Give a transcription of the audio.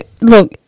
Look